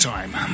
Time